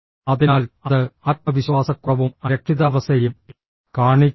അതിനാൽ അത് ആത്മവിശ്വാസക്കുറവും അരക്ഷിതാവസ്ഥയും കാണിക്കുന്നു